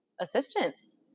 assistance